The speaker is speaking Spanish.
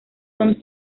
son